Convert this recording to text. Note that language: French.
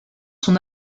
son